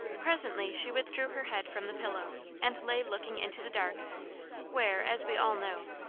presently she withdrew her head from the pillow and lay looking into the dark where, as we all know,